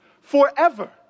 forever